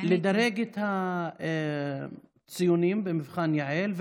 לדרג את הציונים במבחן יע"ל,